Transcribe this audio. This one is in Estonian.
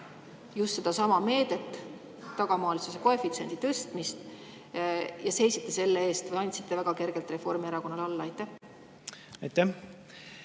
just sedasama meedet, tagamaalisuse koefitsiendi tõstmist? Kas te seisite selle eest või andsite väga kergelt Reformierakonnale alla? Aitäh!